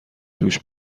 دوش